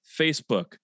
Facebook